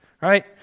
Right